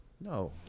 No